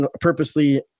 purposely